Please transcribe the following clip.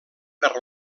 per